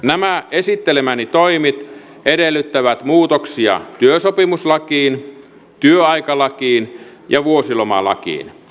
nämä esittelemäni toimet edellyttävät muutoksia työsopimuslakiin työaikalakiin ja vuosilomalakiin